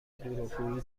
دروغگویی